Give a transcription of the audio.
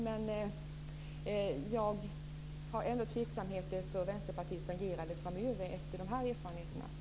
Men jag känner tveksamhet inför Vänsterpartiets agerande framöver efter dessa erfarenheter.